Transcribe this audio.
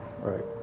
Right